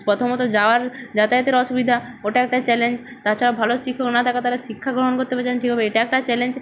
প্রথমত যাওয়ার যাতায়াতের অসুবিধা ওটা একটা চ্যালেঞ্জ তাছাড়াও ভালো শিক্ষক না থাকায় তারা শিক্ষা গ্রহণ করতে পারছে না ঠিকভাবে এটা একটা চ্যালেঞ্জ